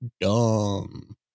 dumb